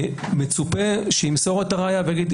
מצופה שימסור את הראיה ויגיד,